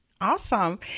Awesome